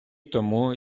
тому